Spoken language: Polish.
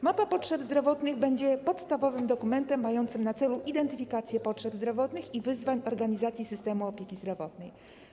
Mapa potrzeb zdrowotnych będzie podstawowym dokumentem mającym na celu identyfikację potrzeb zdrowotnych i wyzwań organizacji systemu opieki zdrowotnej.